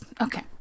Okay